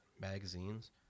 magazines